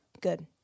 Good